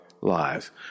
lives